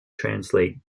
translate